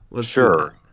Sure